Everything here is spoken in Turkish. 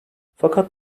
fakat